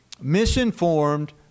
misinformed